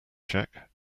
check